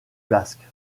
basque